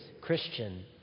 Christian